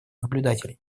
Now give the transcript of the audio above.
наблюдателей